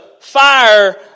fire